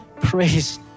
praise